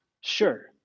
Sure